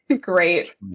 Great